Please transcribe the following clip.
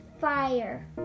fire